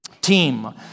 team